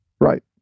Right